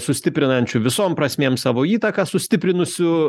sustiprinančiu visom prasmėm savo įtaką sustiprinusiu